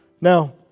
Now